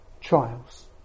trials